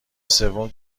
سوم